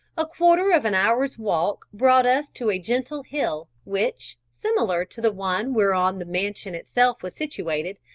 a quarter of an hour's walk brought us to a gentle hill, which, similar to the one whereon the mansion itself was situated,